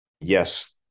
yes